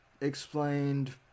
explained